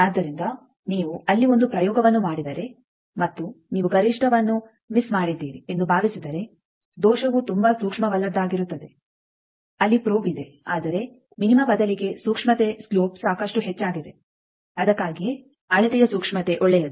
ಆದ್ದರಿಂದ ನೀವು ಅಲ್ಲಿ ಒಂದು ಪ್ರಯೋಗವನ್ನು ಮಾಡಿದರೆ ಮತ್ತು ನೀವು ಗರಿಷ್ಟವನ್ನು ಮಿಸ್ ಮಾಡಿದ್ದೀರಿ ಎಂದು ಭಾವಿಸಿದರೆ ದೋಷವು ತುಂಬಾ ಸೂಕ್ಷ್ಮವಲ್ಲದ್ದಾಗಿರುತ್ತದೆ ಅಲ್ಲಿ ಪ್ರೋಬ್ ಇದೆ ಆದರೆ ಮಿನಿಮ ಬದಲಿಗೆ ಸೂಕ್ಷ್ಮತೆ ಸ್ಲೊಪ್ ಸಾಕಷ್ಟು ಹೆಚ್ಚಾಗಿದೆ ಆದಕ್ಕಾಗಿಯೇ ಅಳತೆಯ ಸೂಕ್ಷ್ಮತೆ ಒಳ್ಳೆಯದು